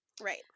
Right